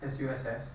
S_U_S_S